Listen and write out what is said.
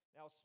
Now